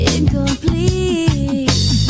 Incomplete